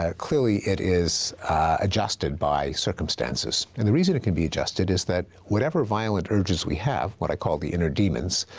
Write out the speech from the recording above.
ah clearly, it is adjusted by circumstances, and the reason it can be adjusted is that whatever violent urges we have, what i call the inner demons,